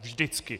Vždycky.